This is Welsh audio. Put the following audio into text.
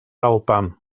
alban